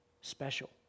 special